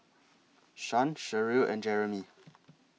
Shan Sherrill and Jeremie